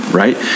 right